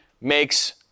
makes